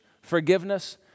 forgiveness